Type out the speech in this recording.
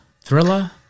Thriller